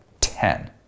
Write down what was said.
ten